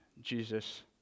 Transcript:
Jesus